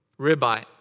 ribeye